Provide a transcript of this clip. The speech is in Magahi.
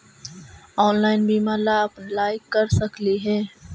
ऑनलाइन बीमा ला अप्लाई कर सकली हे?